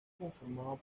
conformado